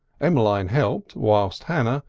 emmeline helped whilst hannah,